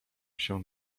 się